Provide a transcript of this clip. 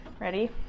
Ready